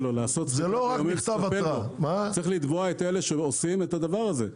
צריך לתבוע את אלה שעושים את הדבר הזה.